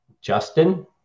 justin